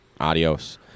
Adios